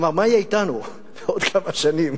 כלומר, מה יהיה אתנו בעוד כמה שנים?